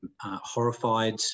horrified